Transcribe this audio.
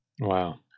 Wow